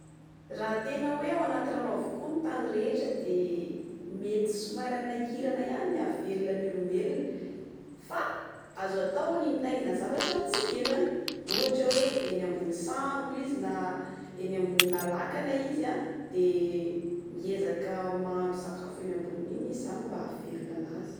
Raha tena hoe ao anaty rano avokoa ny tany rehetra dia mety somary hanahirana ihany ny hahavelona ny olombelona. Fa azo atao ny mitaingina zavatra mitsingevana. Ohatra hoe eny ambony sambo izy na eny ambonina lakana izy de miezaka mahandro sakafo eny ambony eny izy zany mba hahavelona anazy.